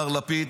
מר לפיד,